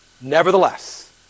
Nevertheless